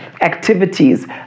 activities